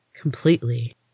Completely